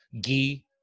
ghee